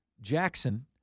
Jackson